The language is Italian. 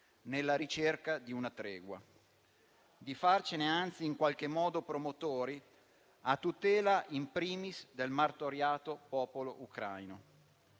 nella ricerca di una tregua; di farcene, anzi, in qualche modo promotori a tutela *in primis* del martoriato popolo ucraino.